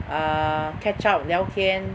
err catch up 聊天